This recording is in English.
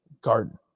garden